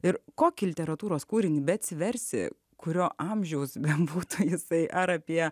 ir kokį literatūros kūrinį beatsiversi kurio amžiaus bebūtų jisai ar apie